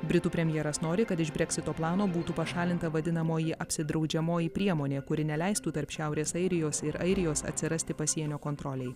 britų premjeras nori kad iš breksito plano būtų pašalinta vadinamoji apsidraudžiamoji priemonė kuri neleistų tarp šiaurės airijos ir airijos atsirasti pasienio kontrolei